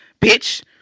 bitch